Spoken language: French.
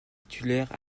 titulaire